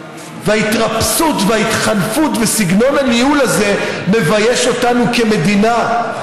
ההתרפסות וההתחנפות וסגנון הניהול הזה מביישים אותנו כמדינה.